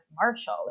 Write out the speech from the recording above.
marshall